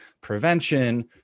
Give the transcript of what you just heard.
prevention